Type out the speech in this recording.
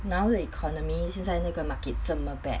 now the economy 现在那个 market 这么 bad